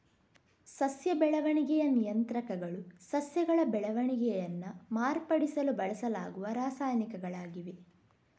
ಸಸ್ಯ ಬೆಳವಣಿಗೆಯ ನಿಯಂತ್ರಕಗಳು ಸಸ್ಯಗಳ ಬೆಳವಣಿಗೆಯನ್ನ ಮಾರ್ಪಡಿಸಲು ಬಳಸಲಾಗುವ ರಾಸಾಯನಿಕಗಳಾಗಿವೆ